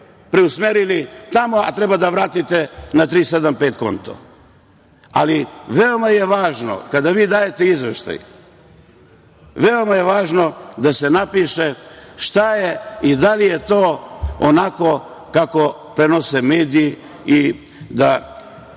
preusmerili tamo, a treba da vratite na 375 konto. Ali, veoma je važno kada vi dajete izveštaj, veoma je važno da se napiše šta je i da li je to onako kako prenose mediji? U